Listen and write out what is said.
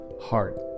heart